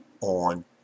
on